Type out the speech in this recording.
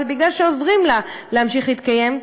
בגלל שעוזרים לה להמשיך להתקיים.